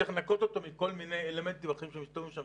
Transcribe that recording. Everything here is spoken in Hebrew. צריך לנקות אותו מכל מיני אלמנטים אחרים שמסתובבים שם,